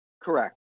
Correct